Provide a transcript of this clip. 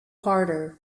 harder